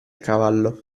cavallo